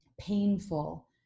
painful